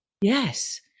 yes